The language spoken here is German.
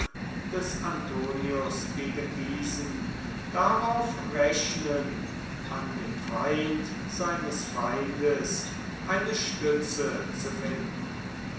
des antonius gegen diesen darauf rechnen an dem feind seines feindes eine stütze zu finden